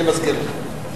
אני מזכיר לך,